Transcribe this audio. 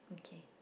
okay